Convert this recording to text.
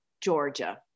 Georgia